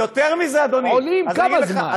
כמה זמן?